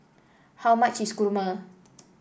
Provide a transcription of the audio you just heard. How much is kurma